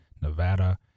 Nevada